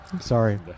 Sorry